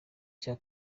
cya